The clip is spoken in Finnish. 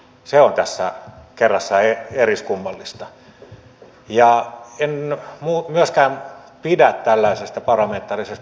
tarkastusvaliokunta on myös ottanut tähän kantaa ja siellä edelleen on jotakin korjattavaa